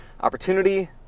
opportunity